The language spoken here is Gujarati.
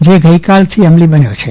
જે ગઈકાલથી અમલી બન્યો છે